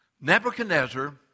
Nebuchadnezzar